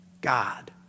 God